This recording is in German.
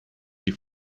die